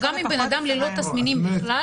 גם אם בן אדם ללא תסמינים בכלל,